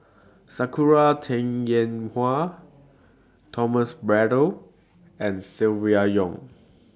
Sakura Teng Ying Hua Thomas Braddell and Silvia Yong